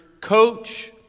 coach